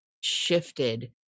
shifted